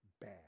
bad